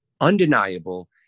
undeniable